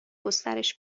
گسترش